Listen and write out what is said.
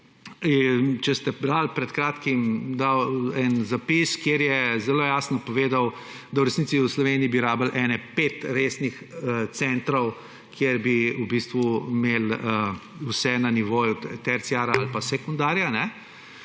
če ste brali, je pred kratkim dal en zapis, kjer je zelo jasno povedal, da v resnici v Sloveniji bi rabili okoli pet resnih centrov, kjer bi v bistvu imeli vse na nivoju terciarja ali pa sekundarja,